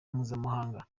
mpuzamahanga